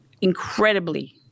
incredibly –